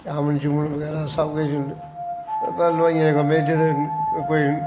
chowmein चूमन सब किश ते लुहाइयें दे कम्में च ते कोई